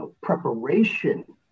preparation